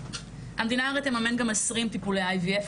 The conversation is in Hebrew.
המדינה הרי תממן גם 20 טיפולי IVF,